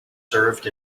served